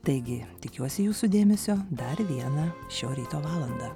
taigi tikiuosi jūsų dėmesio dar vieną šio ryto valandą